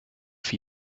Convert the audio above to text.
for